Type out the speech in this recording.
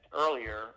earlier